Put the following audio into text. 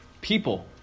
people